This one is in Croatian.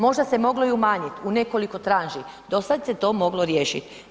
Možda se moglo i umanjiti u nekoliko tranži, do sad se to moglo riješiti.